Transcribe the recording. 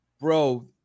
bro